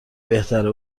بهتره